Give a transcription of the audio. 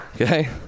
okay